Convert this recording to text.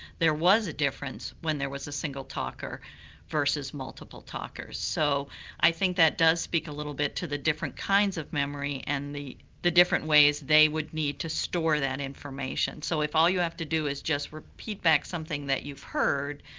there was a difference when there was a single talker versus multiple talkers. so i think that does speak a little bit to the different kinds of memory and the the different ways they would need to store that information. so if all you have to do is just repeat back something that you've heard,